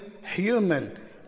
human